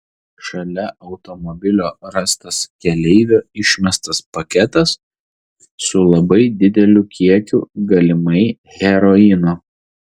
šalia automobilio rastas keleivio išmestas paketas su labai dideliu kiekiu galimai heroino